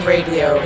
Radio